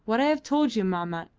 what i have told you, mahmat,